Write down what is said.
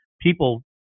people